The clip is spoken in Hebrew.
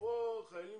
ופה חיילים,